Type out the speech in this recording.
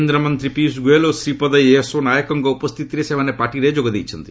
କେନ୍ଦ୍ରମନ୍ତ୍ରୀ ପିୟୁଷ ଗୋୟଲ୍ ଓ ଶ୍ରୀପଦ ୟେସୋ ନାଏକଙ୍କ ଉପସ୍ଥିତିରେ ସେମାନେ ପାର୍ଟିରେ ଯୋଗ ଦେଇଛନ୍ତି